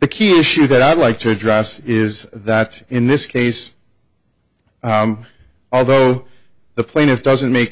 the key issue that i'd like to address is that in this case although the plaintiff doesn't make